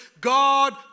God